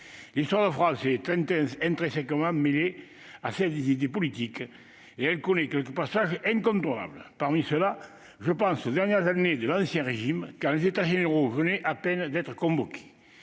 L'histoire de France est intrinsèquement mêlée à celle des idées politiques, et elle connaît quelques passages incontournables. Parmi ceux-là, je pense aux dernières années de l'Ancien Régime, quand les États généraux venaient d'être convoqués.